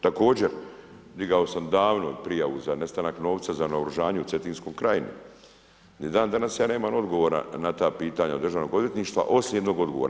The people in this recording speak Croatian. Također digao sam davno prijavu za nestanak novca za naoružanje u Cetinskom kraju, ni ja dan danas nemam odgovora na ta pitanja Državnog odvjetništva osim jednog odgovor.